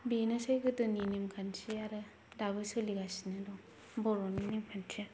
बेनोसै गोदोनि नेमखान्थि आरो दाबो सोलिगासिनो दं बर'नि नेमखान्थिया